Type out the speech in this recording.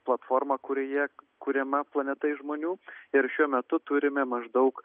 platformą kurioje kuriama planeta iš žmonių ir šiuo metu turime maždaug